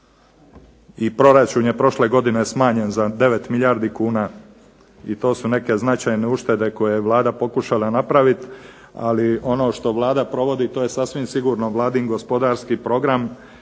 I proračun je prošle godine smanjen za 9 milijardi kuna i to su neke značajne uštede koje je Vlada pokušala napravit, ali ono što Vlada provodi to je sasvim sigurno vladin gospodarski program